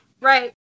Right